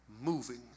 moving